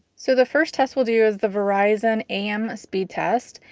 so, the first test we'll do is the verizon am speed test.